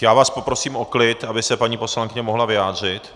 Já vás poprosím o klid, aby se paní poslankyně mohla vyjádřit.